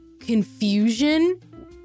confusion